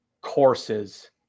courses